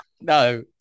No